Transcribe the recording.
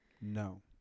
No